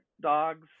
dogs